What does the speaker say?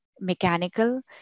mechanical